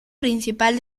principal